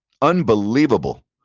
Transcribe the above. Unbelievable